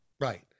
right